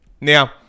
Now